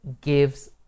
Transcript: gives